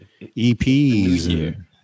EPs